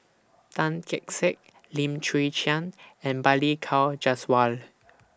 Tan Kee Sek Lim Chwee Chian and Balli Kaur Jaswal